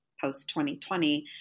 post-2020